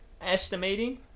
estimating